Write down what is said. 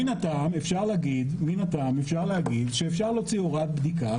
מן הטעם אפשר להגיד שאפשר להוציא הוראת בדיקה,